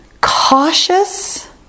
cautious